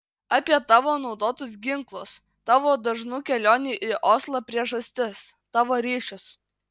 apie tavo naudotus ginklus tavo dažnų kelionių į oslą priežastis tavo ryšius